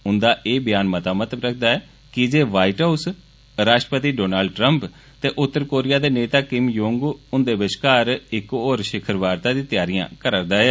उंदा एह् बयान मता महत्व रक्खदा ऐ कीजे व्हाईट हाउस राश्ट्रपति डोनाल्ड ट्रम्प ते उत्तर कोरिया दे नेता किम जोंग उन बष्कार इक होर षिखर वार्ता दी तैयारियां करा'रदा ऐ